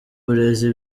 burezi